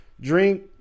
drink